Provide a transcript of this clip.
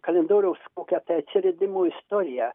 kalendoriaus kokia ta atsiradimo istorija